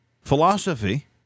Philosophy